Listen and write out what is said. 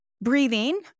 breathing